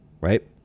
right